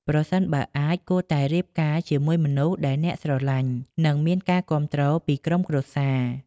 ប្រសិនបើអាច គួរតែរៀបការជាមួយមនុស្សដែលអ្នកស្រលាញ់ និងមានការគាំទ្រពីក្រុមគ្រួសារ។